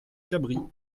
cabris